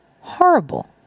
Horrible